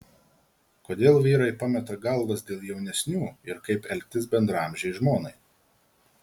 kodėl vyrai pameta galvas dėl jaunesnių ir kaip elgtis bendraamžei žmonai